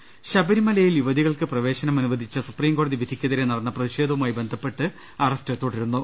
ദർവ്വെടുക ശബരിമലയിൽ യുവതികൾക്ക് പ്രവേശനം അനുവദിച്ച സുപ്രീംകോടതി വിധിക്കെതിരെ നടന്ന പ്രതിഷേധവുമായി ബന്ധപ്പെട്ട അറസ്റ്റ് തുടരുന്നു